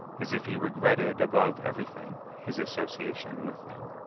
as if he regretted above everything his association with them.